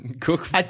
Cook